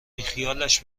بیخیالش